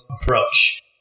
approach